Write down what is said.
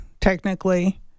technically